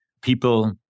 People